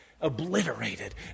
obliterated